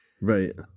Right